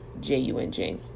J-U-N-J